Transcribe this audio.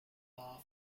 bar